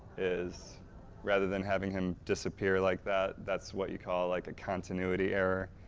is rather than having him disappear like that, that's what you call like a continuity error,